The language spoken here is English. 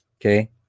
Okay